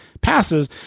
passes